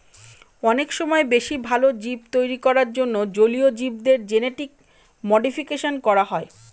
অনেক সময় বেশি ভালো জীব তৈরী করার জন্য জলীয় জীবদের জেনেটিক মডিফিকেশন করা হয়